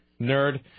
Nerd